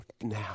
now